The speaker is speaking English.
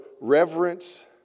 reverence